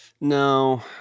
No